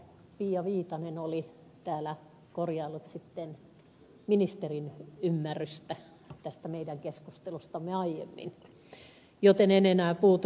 pia viitanen oli täällä korjaillut ministerin ymmärrystä tästä meidän aiemmasta keskustelustamme joten en enää puutu siihen